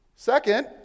Second